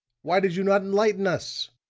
why did you not enlighten us?